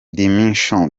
dimension